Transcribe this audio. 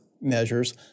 measures